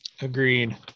Agreed